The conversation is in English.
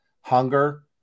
hunger